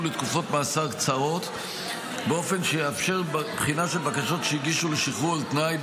לתקופות מאסר קצרות באופן שיאפשר בחינה של בקשות שהגישו לשחרור על תנאי,